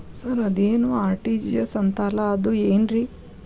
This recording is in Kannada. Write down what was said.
ಸರ್ ಅದೇನು ಆರ್.ಟಿ.ಜಿ.ಎಸ್ ಅಂತಾರಲಾ ಅದು ಏನ್ರಿ?